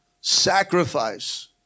sacrifice